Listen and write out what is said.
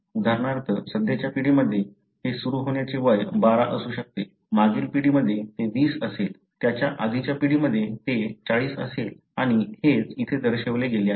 उदाहरणार्थ सध्याच्या पिढीमध्ये हे सुरू होण्याचे वय 12 असू शकते मागील पिढीमध्ये ते 20 असेल त्याच्या आधीच्या पिढी मध्ये ते 40 असेल आणि हेच इथे दर्शविले गेले आहे